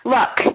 Look